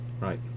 Right